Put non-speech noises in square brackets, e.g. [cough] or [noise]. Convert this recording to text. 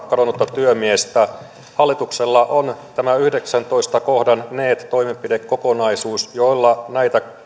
[unintelligible] kadonnutta työmiestä hallituksella on tämä yhdeksännentoista kohdan neet toimenpidekokonaisuus jolla näitä